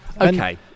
Okay